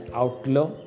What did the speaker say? outlaw